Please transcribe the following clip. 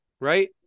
right